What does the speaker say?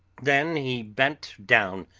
then he bent down,